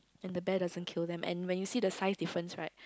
and the bear doesn't kill them and when you see the size difference right